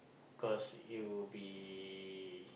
because you would be